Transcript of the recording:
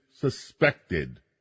suspected